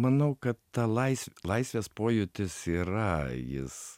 manau kad ta lais laisvės pojūtis yra jis